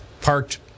parked